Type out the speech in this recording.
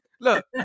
look